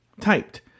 Typed